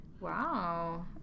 wow